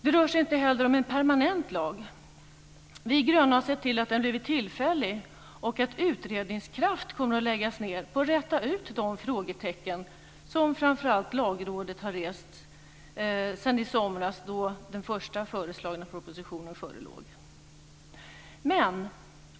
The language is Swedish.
Det rör sig inte heller om en permanent lag. Vi gröna har sett till att den har blivit tillfällig och att utredningskraft kommer att läggas ned på att räta ut de frågetecken som framför allt Lagrådet har rest sedan i somras då den första föreslagna propositionen förelåg.